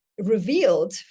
revealed